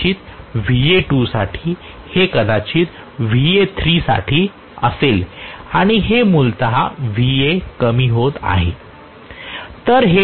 तर हे कदाचित Va1 साठी कदाचित Va2 साठी हे कदाचित Va3 साठी असेल आणि हे मूलत Va कमी होत आहे